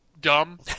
dumb